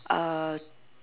uh